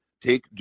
take